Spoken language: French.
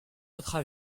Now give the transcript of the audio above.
autres